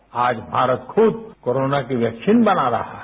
जब आज भारत खुद कोरोना की वैक्सीन बना रहा है